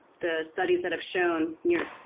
the studies that have shown near,